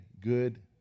good